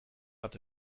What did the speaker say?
bat